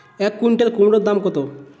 এক কুইন্টাল কুমোড় দাম কত?